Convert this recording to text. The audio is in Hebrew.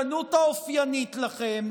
עשיתם את הדברים ברשלנות האופיינית לכם,